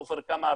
כפר כנא,